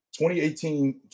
2018